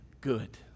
good